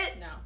No